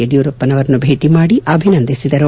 ಯಡಿಯೂರಪ್ಪನವರು ಅವರನ್ನು ಭೇಟಿ ಮಾಡಿ ಅಭಿನಂದಿಸಿದರು